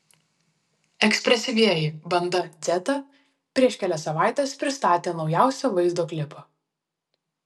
ekspresyvieji banda dzeta prieš kelias savaites pristatė naujausią vaizdo klipą